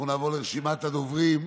אנחנו נעבור לרשימת הדוברים.